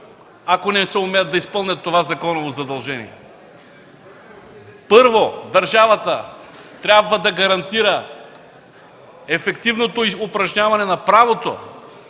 ако не съумеят да изпълнят това законово задължение? Първо държавата трябва да гарантира ефективното упражняване на правото